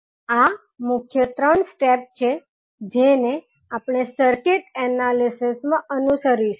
આ મુખ્ય ત્રણ સ્ટેપ છે જેને આપણે સર્કિટ એનાલિસીસ માં અનુસરીશું